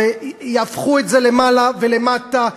יהפכו את זה למעלה ולמטה,